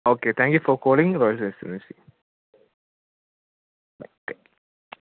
okay thank you for calling royal residency bye okay